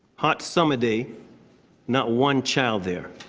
hot summer day not one child there.